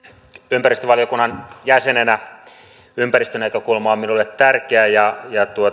ympäristövaliokunnan jäsenenä ympäristönäkökulma on minulle tärkeä ja